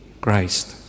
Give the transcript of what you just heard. Christ